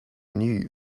new